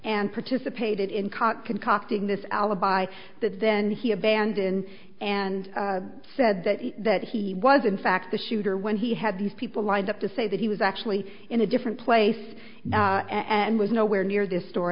and participated in caught concocting this alibi that then he abandoned and said that he that he was in fact the shooter when he had these people lined up to say that he was actually in a different place and was nowhere near the store